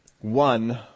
one